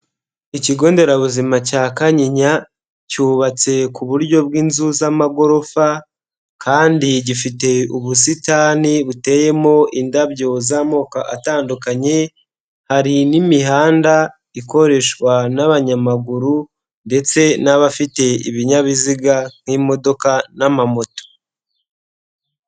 Ikigo nderabuzima cya Kanyinya, cyubatse ku buryo bw'inzu z'amagorofa, kandi gifite ubusitani buteyemo indabyo z'amoko atandukanye, hari n'imihanda ikoreshwa n'abanyamaguru ndetse n'abafite ibinyabiziga nk'imodoka n'amamoto.